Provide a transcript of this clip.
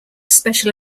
special